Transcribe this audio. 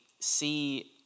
see